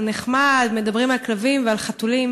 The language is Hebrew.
הוא נחמד, מדברים על כלבים ועל חתולים.